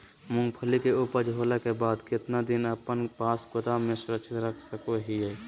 मूंगफली के ऊपज होला के बाद कितना दिन अपना पास गोदाम में सुरक्षित रख सको हीयय?